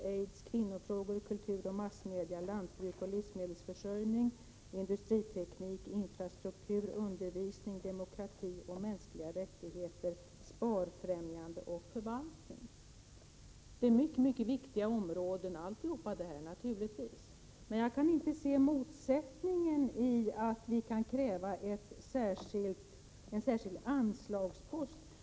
aids, kvinnofrågor, kultur, massmedia, lantbruk, livsmedelsförsörjning, industriteknik, infrastruktur, undervisning, demokrati, mänskliga rättigheter, sparfrämjande och förvaltning. Alla dessa områden är, naturligtvis, synnerligen viktiga. Men jag kan inte se att kravet på en särskild anslagspost skulle innebära någon motsättning.